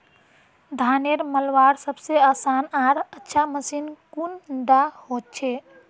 धानेर मलवार सबसे आसान आर अच्छा मशीन कुन डा होचए?